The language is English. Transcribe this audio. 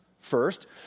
First